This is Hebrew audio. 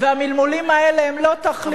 והמלמולים האלה הם לא תחליף לעמדה,